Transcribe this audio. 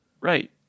right